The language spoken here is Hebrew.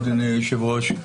אדוני היושב-ראש,